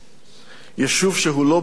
יישוב שהוא לא ביקר בו.